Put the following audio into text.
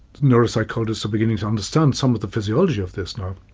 neuro-psychologists are beginning to understand some of the physiology of this now.